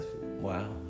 Wow